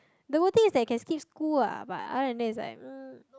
the good thing is that you can skip school ah but other than that it's like mm